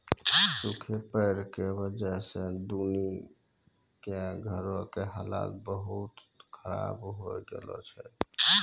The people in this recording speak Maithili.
सूखा पड़ै के वजह स दीनू के घरो के हालत बहुत खराब होय गेलो छै